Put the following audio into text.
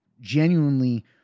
genuinely –